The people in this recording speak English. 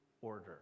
order